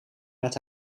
met